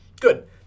Good